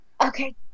okay